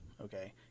okay